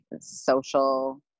social